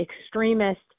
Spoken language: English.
extremist